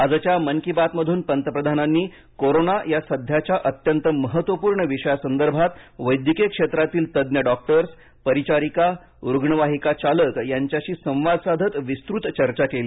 आजच्या मन की बात मधून पंतप्रधानांनी कोरोना या सध्याच्या अत्यंत महत्त्वपूर्ण विषयासंदर्भात वैद्यकीय क्षेत्रातील तज्ञ डॉक्टर्स परिचारिका रुग्णवाहिका चालक यांच्याशी संवाद साधत विस्तृत चर्चा केली